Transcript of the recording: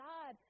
God